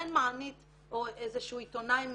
חן מענית הוא עיתונאי מגלובס,